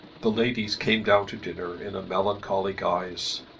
the ladies came down to dinner in a melancholy guise.